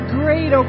great